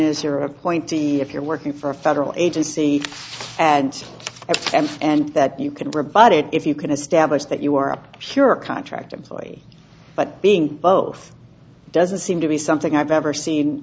is your appointee if you're working for a federal agency and and and that you can rebut it if you can establish that you are a pure contract employee but being both doesn't seem to be something i've ever seen